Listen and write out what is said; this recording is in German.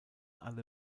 alle